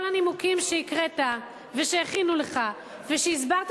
כל הנימוקים שהקראת ושהכינו לך ושהסברת,